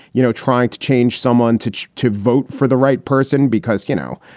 you know, trying to change someone to to vote for the right person because, you know,